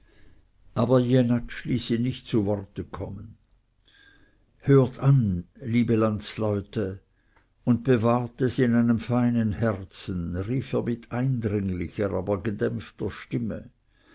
aber jenatsch ließ ihn nicht zu worte kommen hört an liebe landsleute und bewahrt es in einem feinen herzen rief er mit eindringlicher aber gedämpfter stimme